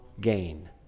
gain